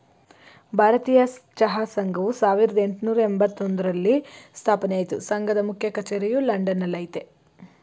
ಭಾರತೀಯ ಚಹಾ ಸಂಘವು ಸಾವಿರ್ದ ಯೆಂಟ್ನೂರ ಎಂಬತ್ತೊಂದ್ರಲ್ಲಿ ಸ್ಥಾಪನೆ ಆಯ್ತು ಸಂಘದ ಮುಖ್ಯ ಕಚೇರಿಯು ಲಂಡನ್ ನಲ್ಲಯ್ತೆ